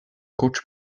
coach